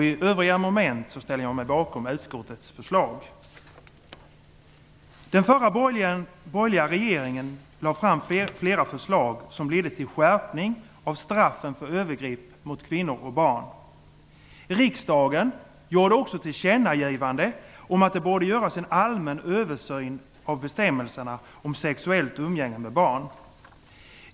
I övriga moment ställer jag mig bakom utskottets förslag. Den förra borgerliga regeringen lade fram flera förslag som ledde till skärpning av straffen för övergrepp mot kvinnor och barn. Riksdagen gjorde också ett tillkännagivande om att det borde göras en allmän översyn av bestämmelserna om sexuellt umgänge med barn.